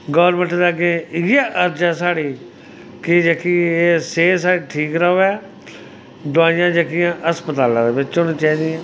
government दे अग्गें इ'यै अर्ज ऐ साढ़ी कि जेह्की एह् सेह्त साढ़ी ठीक र'वै दोआइयां जेह्कियां अस्पतालै दे बिच्च होनी चाहि दियां